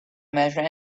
measure